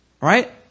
Right